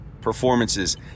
performances